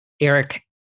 Eric